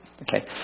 okay